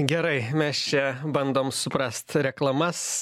gerai mes čia bandom suprast reklamas